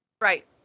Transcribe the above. Right